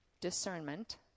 discernment